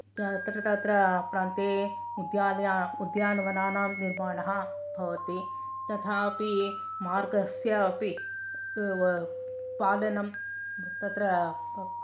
तत्र तत्र प्रान्ते उद्यालय उद्यानवनानां निर्माणः भवति तथापि मार्गस्य अपि पालनं तत्र